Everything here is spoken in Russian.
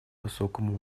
высоком